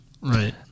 right